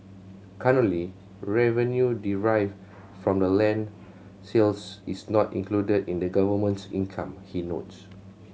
currently revenue derived from the land sales is not included in the government's income he notes